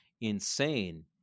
insane